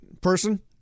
person